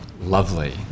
lovely